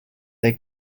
they